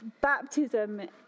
baptism